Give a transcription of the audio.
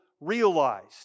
realized